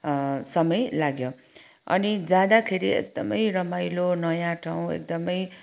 समय लाग्यो अनि जाँदाखेरि एकदमै रमाइलो नयाँ ठाउँ एकदमै